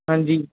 ਹਾਂਜੀ